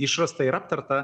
išrasta ir aptarta